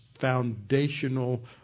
foundational